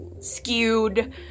skewed